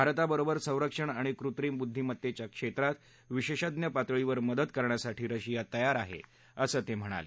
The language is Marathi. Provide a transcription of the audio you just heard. भारताबरोबर संरक्षण आणि कृत्रिम बुद्धीमत्तेच्या क्षेत्रात विशेषज्ञ पातळीवर मदत करण्यासाठी रशिया तयार आहे असं ते म्हणाले